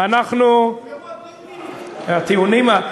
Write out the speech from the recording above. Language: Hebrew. נגמרו לך הטיעונים.